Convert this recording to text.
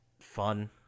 fun